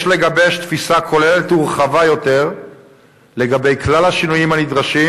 יש לגבש תפיסה כוללת ורחבה יותר לגבי כלל השינויים הנדרשים,